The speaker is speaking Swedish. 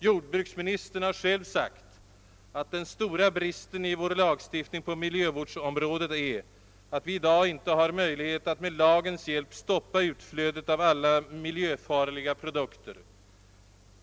Jordbruksministern har själv sagt att »den stora bristen i vår lagstiftning på miljövårdsområdet är att vi i dag inte har möjlighet att med lagens hjälp stoppa utflödet av alla miljöfarliga produkter».